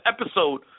episode